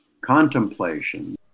contemplation